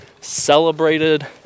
celebrated